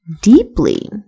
deeply